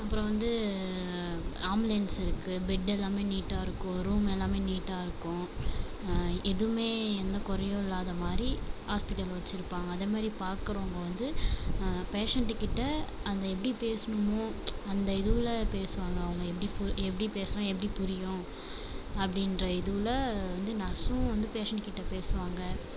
அப்புறம் வந்து ஆம்புலேன்ஸ் இருக்குது பெட் எல்லாமே நீட்டாக இருக்கும் ரூம் எல்லாமே நீட்டாக இருக்கும் எதுவுமே எந்த குறையும் இல்லாத மாதிரி ஹாஸ்பிட்டல் வச்சுருப்பாங்க அதமாரி பார்க்குறவுங்க வந்து பேஷண்ட்டு கிட்ட அது எப்படி பேசுணுமோ அந்த இதுவுல பேசுவாங்கள் அவங்க எப்படி பு எப்படி பேசுனால் எப்படி புரியும் அப்படின்ற இதுவில் வந்து நர்ஸும் வந்து பேஷண்ட்கிட்ட பேசுவாங்கள்